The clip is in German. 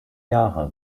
jahre